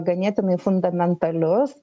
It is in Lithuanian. ganėtinai fundamentalius